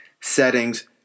settings